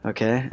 Okay